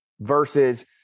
versus